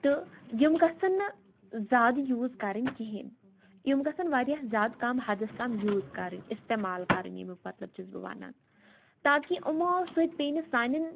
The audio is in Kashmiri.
تہٕ یِم گژھن نہٕ زیادٕ یوٗز کَرٕنۍ کہیٖنۍ یِم گژھن واریاہ زیادٕ کَم حَدَس تام یوٗز کَرٕنۍ اِستعمال کَرٕنۍ ییٚمیُک مَطلَب چھَس بہٕ وَنان تاکہِ یِمو سۭتۍ پیٚیہِ نہٕ سانٮ۪ن